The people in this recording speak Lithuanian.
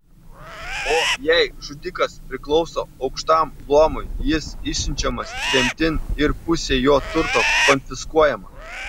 o jei žudikas priklauso aukštam luomui jis išsiunčiamas tremtin ir pusė jo turto konfiskuojama